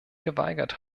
geweigert